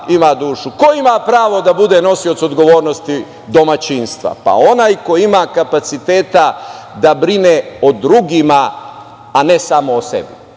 Ko ima pravo da bude nosilac odgovornosti domaćinstva? Pa, onaj koji ima kapaciteta da brine o drugima, a ne samo o